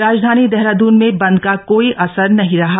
राजधानी देहराद्न में बंद का कोई असर नहीं रहा